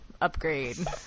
upgrade